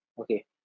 Okay